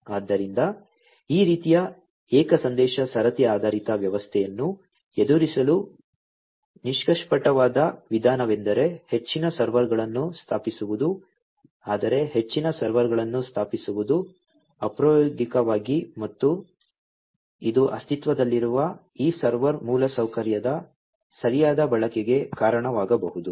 ಆದ್ದರಿಂದ ಈ ರೀತಿಯ ಏಕ ಸಂದೇಶ ಸರತಿ ಆಧಾರಿತ ವ್ಯವಸ್ಥೆಯನ್ನು ಎದುರಿಸಲು ನಿಷ್ಕಪಟವಾದ ವಿಧಾನವೆಂದರೆ ಹೆಚ್ಚಿನ ಸರ್ವರ್ಗಳನ್ನು ಸ್ಥಾಪಿಸುವುದು ಆದರೆ ಹೆಚ್ಚಿನ ಸರ್ವರ್ಗಳನ್ನು ಸ್ಥಾಪಿಸುವುದು ಅಪ್ರಾಯೋಗಿಕವಾಗಿದೆ ಮತ್ತು ಇದು ಅಸ್ತಿತ್ವದಲ್ಲಿರುವ ಈ ಸರ್ವರ್ ಮೂಲಸೌಕರ್ಯದ ಸರಿಯಾದ ಬಳಕೆಗೆ ಕಾರಣವಾಗಬಹುದು